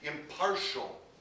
impartial